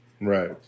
Right